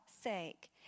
sake